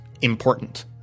important